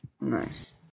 Nice